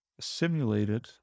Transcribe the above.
simulated